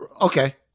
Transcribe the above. okay